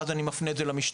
ואז אני מפנה את זה למשטרה,